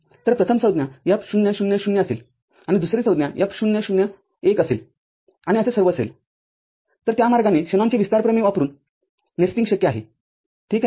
तर प्रथम संज्ञा F 0 0 0असेलआणि दुसरी संज्ञा F 0 0 १ असेल आणि असे सर्व असेलतर त्या मार्गाने शेनॉनचे विस्तार प्रमेय वापरून नेस्टिंग शक्य आहे ठीक आहे